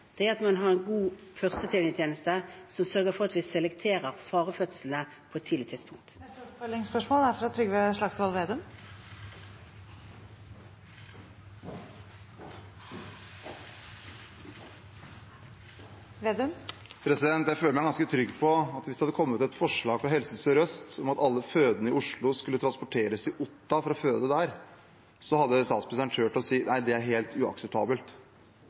er at man har en god førstelinjetjeneste, som sørger for at vi selekterer risikofødslene på et tidlig tidspunkt. Trygve Slagsvold Vedum – til oppfølgingsspørsmål. Jeg føler meg ganske trygg på at hvis det hadde kommet et forslag fra Helse Sør-Øst om at alle fødende i Oslo skulle transporteres til Otta for å føde der, hadde statsministeren turt å si at det er helt uakseptabelt,